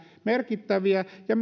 merkittäviä ja